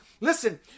Listen